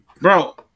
Bro